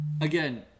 again